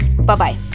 Bye-bye